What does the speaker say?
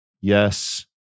Yes